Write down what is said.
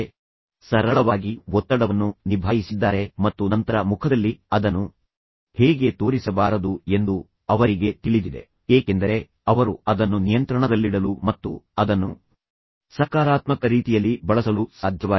ಇದು ಸರಳವಾಗಿ ಅವರು ಒತ್ತಡವನ್ನು ನಿಭಾಯಿಸಿದ್ದಾರೆ ಮತ್ತು ನಂತರ ಮುಖದಲ್ಲಿ ಅದನ್ನು ಹೇಗೆ ತೋರಿಸಬಾರದು ಎಂದು ಅವರಿಗೆ ತಿಳಿದಿದೆ ಏಕೆಂದರೆ ಅವರು ಅದನ್ನು ನಿಯಂತ್ರಣದಲ್ಲಿಡಲು ಮತ್ತು ಅದನ್ನು ಸಕಾರಾತ್ಮಕ ರೀತಿಯಲ್ಲಿ ಬಳಸಲು ಸಾಧ್ಯವಾಗಿದೆ